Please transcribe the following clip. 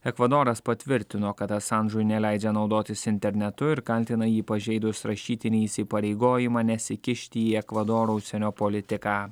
ekvadoras patvirtino kad asanžui neleidžia naudotis internetu ir kaltina jį pažeidus rašytinį įsipareigojimą nesikišti į ekvadoro užsienio politiką